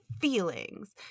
feelings